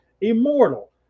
immortal